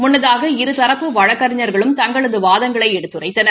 முன்னதாக இருதரப்பு வழக்கறிஞர்களும் தங்களது வாதங்களை எடுத்துரைத்தனர்